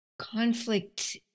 Conflict